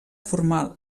formal